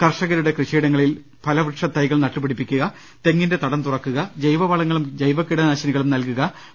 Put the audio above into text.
കർഷകരുടെ കൃഷിയിടങ്ങളിൽ ഫല വൃക്ഷതാകൾ നട്ടുപിടിപ്പിക്കുക തെങ്ങിന്റെ തടം തുറ ക്കുക ജൈവവളങ്ങളും ജൈവകീടനാശിനികളും ന്നൽകുകും